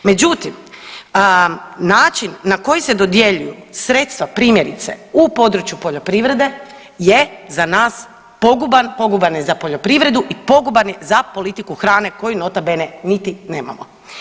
Međutim način na koji se dodjeljuje sredstva primjerice u području poljoprivrede je za nas poguban, poguban je za poljoprivredu i poguban je za politiku hrane koju nota bene, niti nemamo.